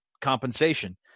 compensation